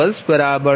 50 0